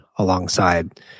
alongside